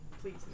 Please